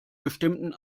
bestimmten